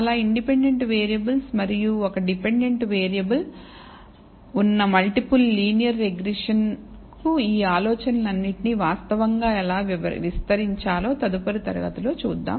చాలా independent variable మరియు ఒక డిపెండెంట్ వేరియబుల్ ఉన్న మల్టిపుల్ లీనియర్ రిగ్రెషన్ కు ఈ ఆలోచనలన్నింటినీ వాస్తవంగా ఎలా విస్తరించాలో తదుపరి తరగతి లో చూద్దాం